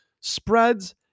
spreads